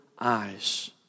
eyes